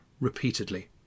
repeatedly